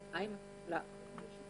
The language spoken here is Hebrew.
בינתיים,